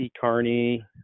carney